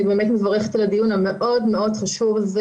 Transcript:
אני באמת מברכת על הדיון המאוד מאוד חשוב הזה